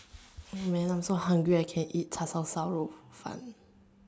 hey man I'm so hungry I can eat 叉烧烧肉饭